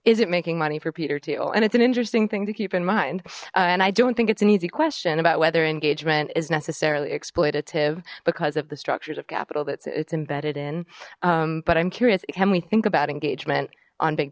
isn't making money for peter thiel and it's an interesting thing to keep in mind and i don't think it's an easy question about whether engagement is necessarily exploitative because of the structures of capital that's it's embedded in but i'm curious can we think about engagement on big